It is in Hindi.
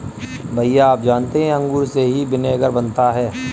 भैया आप जानते हैं अंगूर से ही विनेगर बनता है